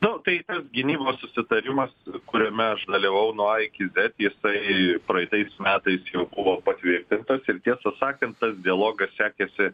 nu tai tas gynybos susitarimas kuriame aš dalyvavau nuo a iki zet jisai praeitais metais jau buvo patvirtintas ir tiesą sakant tas dialogas sekėsi